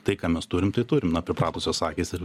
tai ką mes turim tai turim na pripratusios akys ir